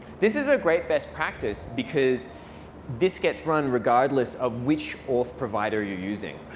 this is a great best practice because this gets run regardless of which auth provider you're using.